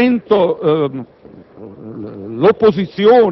aspetti qualitativi. Quando sento